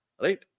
right